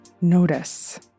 notice